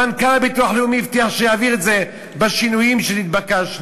מנכ"ל הביטוח הלאומי הבטיח שיעביר את זה בשינויים שהתבקשנו.